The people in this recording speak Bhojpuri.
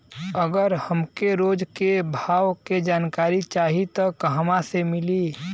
अगर हमके रोज के भाव के जानकारी चाही त कहवा से मिली?